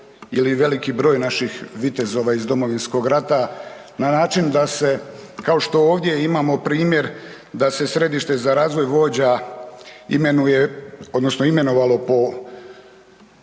veliki broj naših vitezova iz Domovinskog rata na način da se kao što ovdje imamo primjer da se središte za razvoj vođa imenuje